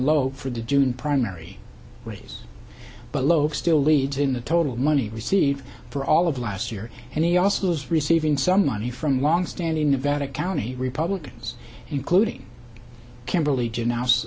low for the june primary race but loeb still leads in the total money received for all of last year and he also is receiving some money from longstanding nevada county republicans including kimberly